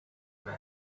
men